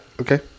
Okay